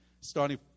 starting